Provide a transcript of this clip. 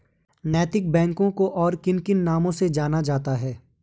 नैतिक बैंकों को और किन किन नामों से जाना जाता है?